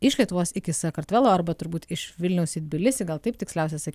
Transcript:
iš lietuvos iki sakartvelo arba turbūt iš vilniaus į tbilisį gal taip tiksliausia sakyti